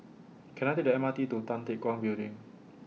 Can I Take The M R T to Tan Teck Guan Building